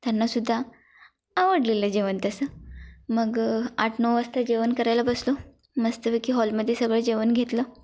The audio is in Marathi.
त्यांनासुद्धा आवडलेलं जेवण तसं मग आठ नऊ वाजता जेवण करायला बसलो मस्तपैकी हॉलमध्ये सगळं जेवण घेतलं